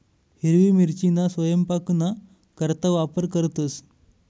हिरवी मिरचीना सयपाकना करता वापर करतंस